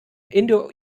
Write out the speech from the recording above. indo